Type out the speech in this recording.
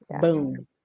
boom